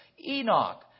Enoch